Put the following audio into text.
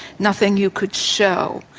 nothing you could show.